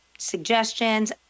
suggestions